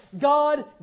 God